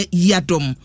yadom